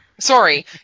Sorry